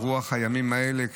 ברוח הימים האלה,